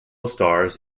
stars